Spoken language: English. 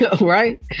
right